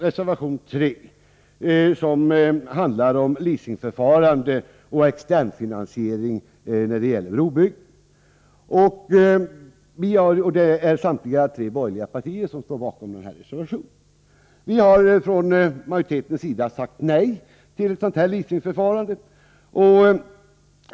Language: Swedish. Reservation 3 handlar om leasingförfarande och externfinansiering i samband med brobyggen. Samtliga tre borgerliga partier står bakom reservationen. Vi har från utskottsmajoritetens sida sagt nej till ett sådant leasingförfarande.